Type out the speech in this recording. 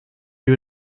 you